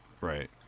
right